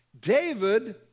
David